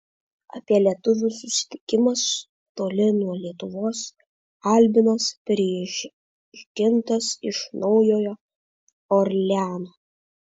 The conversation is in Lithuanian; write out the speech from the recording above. apie lietuvių susitikimus toli nuo lietuvos albinas prižgintas iš naujojo orleano